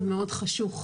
מאוד חשוך.